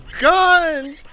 Gun